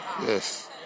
Yes